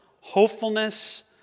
hopefulness